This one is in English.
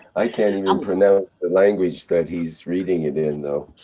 i can't even um pronounce the language that he's reading it in though.